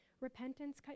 repentance